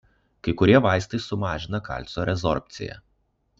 kai kurie vaistai sumažina kalcio rezorbciją